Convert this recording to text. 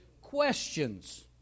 questions